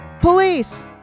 Police